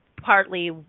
partly